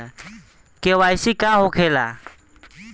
KYC का होखेला?